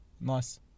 nice